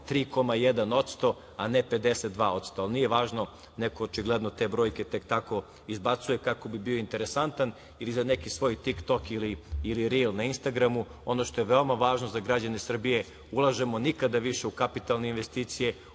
3,1%, a ne 52%. Ali, nije važno. Neko očigledno te brojke tek tako izbacuje kako bi bio interesantan za neki svoj Tiktok ili "Ril" na Instagramu. Ono što je veoma važno za građane Srbije – ulažemo nikada više u kapitalne investicije.